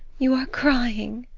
you are crying!